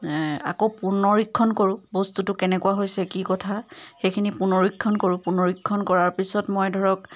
আকৌ পুনৰীক্ষণ কৰোঁ বস্তুটো কেনেকুৱা হৈছে কি কথা সেইখিনি পুনৰীক্ষণ কৰোঁ পুনৰীক্ষণ কৰাৰ পিছত মই ধৰক